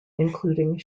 including